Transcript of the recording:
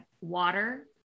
water